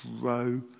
grow